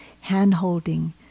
hand-holding